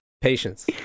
Patience